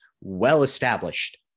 well-established